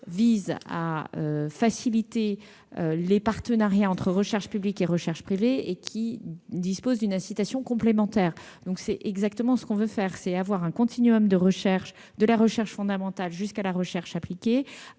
vise à faciliter les partenariats entre recherche publique et recherche privée, grâce à une incitation complémentaire. C'est exactement ce que nous voulons faire : un continuum de recherche, de la recherche fondamentale jusqu'à la recherche appliquée,